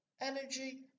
energy